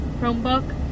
chromebook